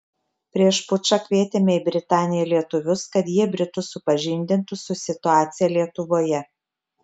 prieš pučą kvietėme į britaniją lietuvius kad jie britus supažindintų su situacija lietuvoje